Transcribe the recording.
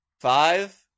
Five